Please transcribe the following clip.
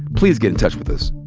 please get in touch with us.